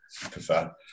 prefer